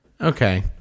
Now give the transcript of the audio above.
Okay